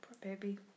baby